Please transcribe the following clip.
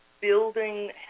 building